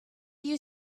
you